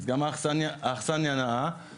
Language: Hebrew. אז גם האכסניה נאה.